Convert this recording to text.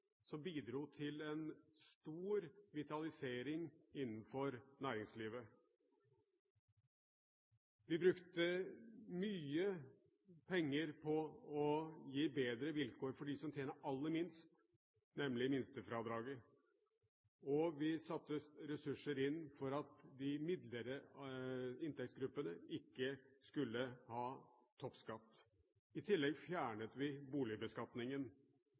som bidro til en stor vitalisering innenfor næringslivet. Vi brukte mye penger på å gi bedre vilkår for dem som tjener aller minst, nemlig minstefradraget, og vi satte ressurser inn for at de midlere inntektsgruppene ikke skulle ha toppskatt. I tillegg fjernet vi boligbeskatningen.